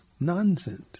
nonsense